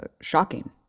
shocking